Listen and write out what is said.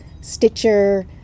Stitcher